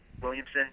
Williamson